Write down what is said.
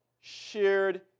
shared